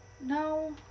No